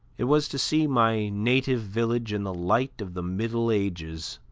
it was to see my native village in the light of the middle ages,